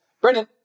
Brennan